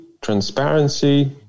transparency